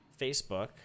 Facebook